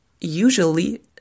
usually